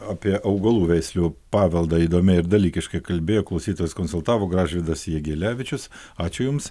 apie augalų veislių paveldą įdomiai ir dalykiškai kalbėjo klausytojus konsultavo gražvydas jegelevičius ačiū jums